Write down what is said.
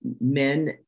men